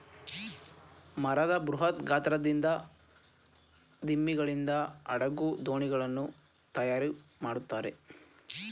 ಮರದ ಬೃಹತ್ ಗಾತ್ರದ ದಿಮ್ಮಿಗಳಿಂದ ಹಡಗು, ದೋಣಿಗಳನ್ನು ತಯಾರು ಮಾಡುತ್ತಾರೆ